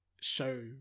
show